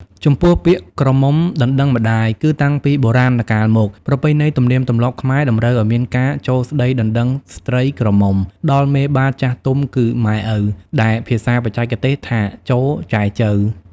ចំពោះ ពាក្យក្រមុំដណ្ដឹងម្ដាយ គឺ តាំងពីបុរាណកាលមក ប្រពៃណីទំនៀមទម្លាប់ខ្មែរតម្រូវឲ្យមានការចូលស្ដីដណ្ដឹងស្ត្រីក្រមុំដល់មេបាចាស់ទុំគឺ ម៉ែ‑ឪ ដែលភាសាបច្ចេកទេសថាចូល «ចែចូវ» ។